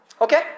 Okay